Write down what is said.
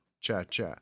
Cha-Cha